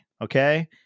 okay